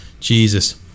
Jesus